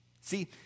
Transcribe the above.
See